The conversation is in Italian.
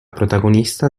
protagonista